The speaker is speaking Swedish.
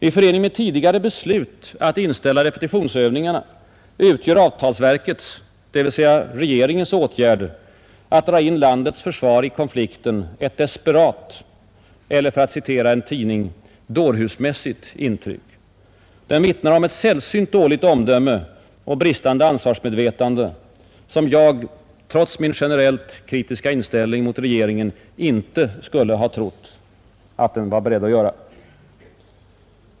I förening med tidigare beslut att inställa repetitionsövningarna ger avtalsverkets, dvs. regeringens, åtgärd att dra in landets försvar i konflikten ett desperat eller — för att citera ur en tidning — dårhusmässigt intryck. Den vittnar om ett sällsynt dåligt omdöme och om ett bristande ansvarsmedvetande, som jag trots min generellt kritiska inställning mot regeringen inte skulle ha trott att den var beredd att visa.